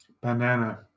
Banana